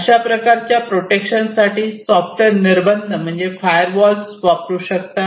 अशा प्रकारच्या प्रोटेक्शन साठी सॉफ्टवेअर निर्बंध म्हणजे फायर वॉल्स वापरू शकतात